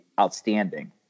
outstanding